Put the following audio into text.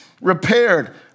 repaired